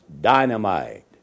dynamite